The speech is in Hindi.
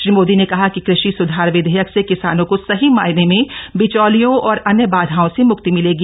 श्री मोदी ने कहा कि कृषि सुधार विधेयक से किसानों को सही मायने में बिचौलियों और अन्य बाधाओं से मुक्ति मिलेगी